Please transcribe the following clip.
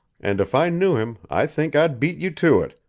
and, if i knew him, i think i'd beat you to it,